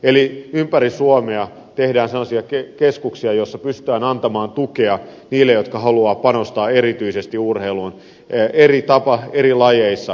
eli ympäri suomea tehdään sellaisia keskuksia joissa pystytään antamaan tukea niille jotka haluavat panostaa erityisesti urheiluun eri tavoin eri lajeissa